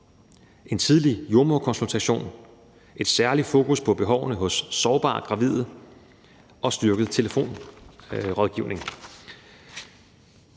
en tidlig jordemoderkonsultation, et særlig fokus på behovene hos sårbare gravide og styrket telefonrådgivning.